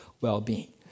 well-being